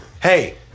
Hey